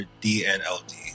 D-N-L-D